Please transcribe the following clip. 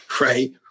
right